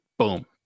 Boom